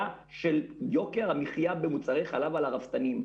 של יוקר המחיה במוצרי חלב על הרפתנים.